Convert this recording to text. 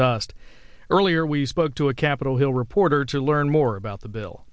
dust earlier we spoke to a capitol hill reporter to learn more about the bill